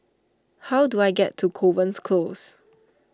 how do I get to Kovan's Close